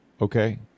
Okay